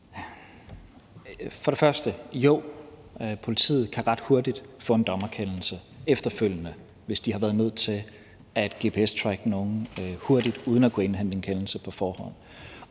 vil jeg sige: Jo, politiet kan ret hurtigt få en dommerkendelse efterfølgende, hvis de har været nødt til at gps-tracke nogen hurtigt uden at kunne indhente en kendelse på forhånd.